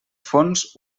fons